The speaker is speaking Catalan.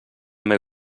meu